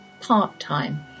part-time